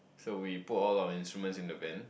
so we put all our instruments in the van